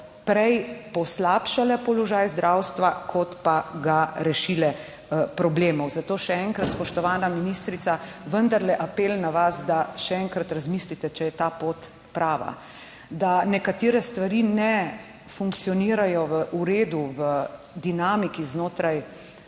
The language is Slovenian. prej poslabšale položaj zdravstva, kot pa ga rešile problemov. Zato še enkrat, spoštovana ministrica, vendarle apel na vas, da še enkrat razmislite, če je ta pot prava. Da nekatere stvari ne funkcionirajo v redu v dinamiki znotraj